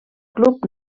club